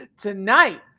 Tonight